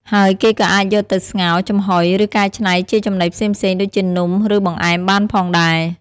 ហើយគេក៏អាចយកទៅ ស្ងោរ ចំហុយ ឬកែច្នៃជាចំណីផ្សេងៗ ដូចជានំ ឬបង្អែមបានផងដែរ។